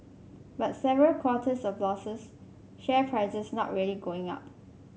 but several quarters of losses share prices not really going up